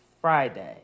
Friday